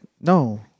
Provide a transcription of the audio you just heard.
no